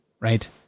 Right